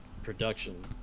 production